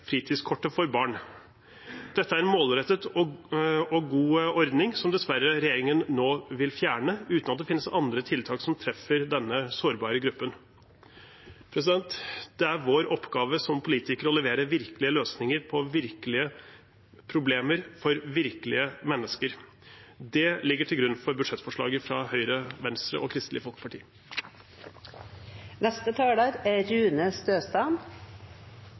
fritidskortet for barn. Dette er en målrettet og god ordning som dessverre regjeringen nå vil fjerne, uten at det finnes andre tiltak som treffer denne sårbare gruppen. Det er vår oppgave som politikere å levere virkelige løsninger på virkelige problemer for virkelige mennesker. Det ligger til grunn for budsjettforslaget fra Høyre, Venstre og Kristelig Folkeparti. I dag vedtar Stortinget et historisk godt budsjett for folk i hele landet. Kommunene er